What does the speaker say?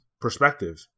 perspective